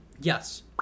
Yes